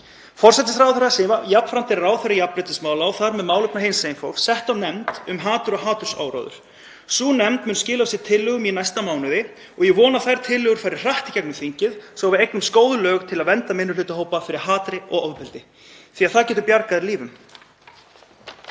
Forsætisráðherra, sem jafnframt er ráðherra jafnréttismála og þar með málefna hinsegin fólks, setti á stofn nefnd um hatur og hatursáróður. Sú nefnd mun skila af sér tillögum í næsta mánuði og ég vona að þær tillögur fari hratt í gegnum þingið svo að við eignumst góð lög til að vernda minnihlutahópa fyrir hatri og ofbeldi því að það getur bjargað lífi